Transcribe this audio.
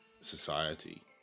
society